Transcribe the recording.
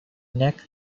neck